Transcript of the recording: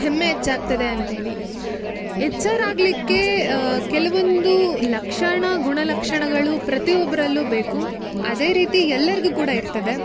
ಹೆಮ್ಮೆ ಹೆಚ್ಚಾಗ್ತದೆ ಅಂತ್ಹೇಳಿ ಎಚ್ ಆರ್ ಆಗಲಿಕ್ಕೆ ಕೆಲವೊಂದು ಲಕ್ಷಣ ಗುಣಲಕ್ಷಣಗಳು ಪ್ರತಿಯೊಬ್ರರಲ್ಲು ಬೇಕು ಅದೇ ರೀತಿ ಎಲ್ಲರಿಗೂ ಕೂಡ ಇರ್ತದೆ